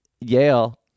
Yale